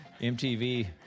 MTV